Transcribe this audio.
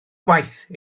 gwaith